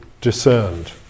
discerned